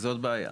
זאת בעיה.